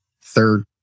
third